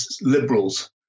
liberals